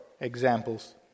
examples